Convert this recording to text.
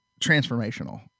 transformational